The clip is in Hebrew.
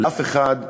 לאף אחד מאתנו,